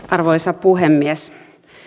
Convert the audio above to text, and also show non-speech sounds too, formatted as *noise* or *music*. *unintelligible* arvoisa puhemies